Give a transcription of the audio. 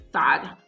Sad